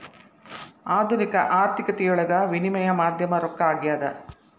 ಆಧುನಿಕ ಆರ್ಥಿಕತೆಯೊಳಗ ವಿನಿಮಯ ಮಾಧ್ಯಮ ರೊಕ್ಕ ಆಗ್ಯಾದ